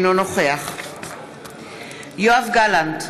אינו נוכח יואב גלנט,